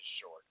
short